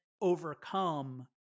overcome